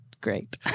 great